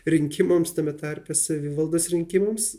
rinkimams tame tarpe savivaldos rinkimams